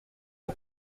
les